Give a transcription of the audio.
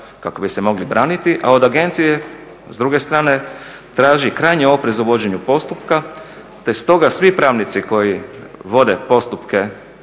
kako bi se mogli braniti, a od agencije s druge strane traži krajnji oprez u vođenju postupka te stoga svi pravnici koji vode postupke